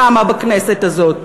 כמה בכנסת הזאת.